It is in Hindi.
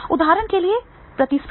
उदाहरण के लिए प्रतिस्पर्धा